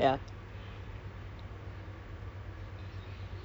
I did I did apply for teaching though then um